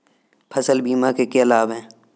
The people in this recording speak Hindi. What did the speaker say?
फसल बीमा के क्या लाभ हैं?